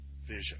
vision